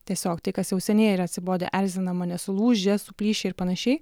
tiesiog tai kas jau seniai yra atsibodę erzina mane sulūžę suplyšę ir panašiai